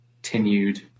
Continued